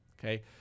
Okay